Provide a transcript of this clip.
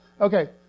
Okay